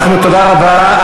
תודה רבה.